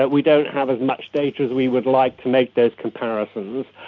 but we don't have as much data as we would like to make those comparisons.